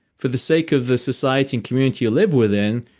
for the sake of the society and community you live within,